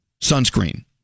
Sunscreen